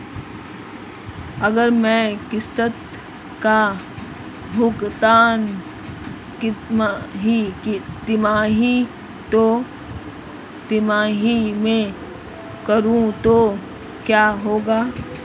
अगर मैं किश्त का भुगतान तिमाही में करूं तो क्या होगा?